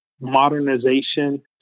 modernization